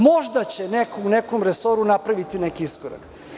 Možda će neko u nekom resoru napraviti neki iskorak.